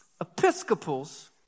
Episcopals